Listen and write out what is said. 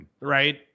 right